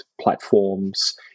platforms